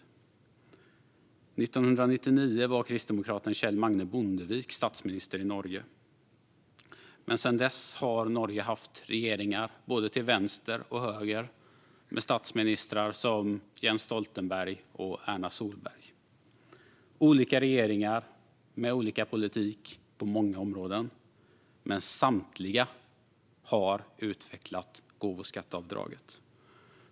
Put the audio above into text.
År 1999 var kristdemokraten Kjell Magne Bondevik statsminister i Norge. Sedan dess har Norge haft både vänster och högerregeringar, med statsministrar som Jens Stoltenberg och Erna Solberg. Det har varit olika regeringar med olika politik på många områden, men samtliga har utvecklat gåvoskatteavdraget.